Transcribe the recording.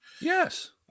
Yes